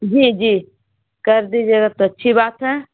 جی جی کر دیجیے گا تو اچھی بات ہے